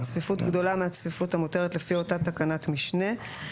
בצפיפות גדולה מהצפיפות המותרת לפי אותה תקנת משנה (בתקנת משנה זו,